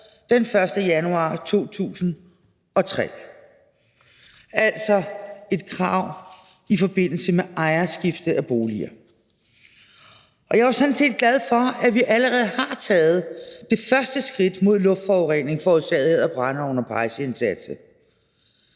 1. januar 2003. Det er altså et krav i forbindelse med ejerskifte af boliger. Jeg er sådan set glad for, at vi allerede har taget det første skridt til at bekæmpe luftforurening forårsaget af brændeovne og pejseindsatser,